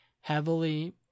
heavily